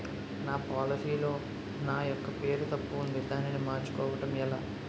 నా పోలసీ లో నా యెక్క పేరు తప్పు ఉంది దానిని మార్చు కోవటం ఎలా?